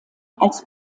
als